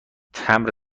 تمبر